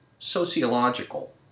sociological